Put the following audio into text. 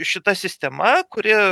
šita sistema kuri